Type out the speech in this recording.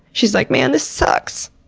she's like man, this sucks.